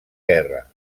guerra